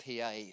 PA